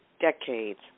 decades